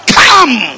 come